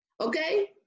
Okay